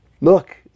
look